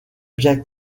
bien